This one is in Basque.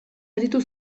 aritu